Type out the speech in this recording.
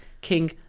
King